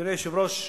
אדוני היושב-ראש,